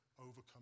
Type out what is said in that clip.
overcome